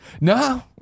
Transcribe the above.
No